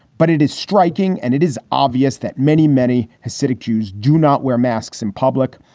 but it is striking and it is obvious that many, many hasidic jews do not wear masks in public.